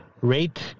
Rate